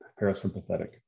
parasympathetic